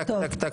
תק תק תק,